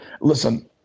listen